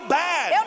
bad